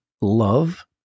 Love